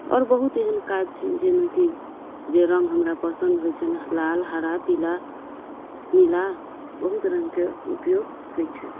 आओर बहुत एहन काज छै जाहिमे कि जे रंग हमरा पसन्द होइ छै लाल हरा पीला नीला बहुत रंगके उपयोग होइ छै